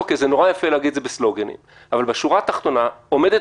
נורא יפה להגיד את זה בסלוגנים אבל בשורה התחתונה היינו